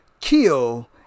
kill